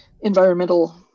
environmental